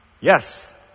yes